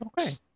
okay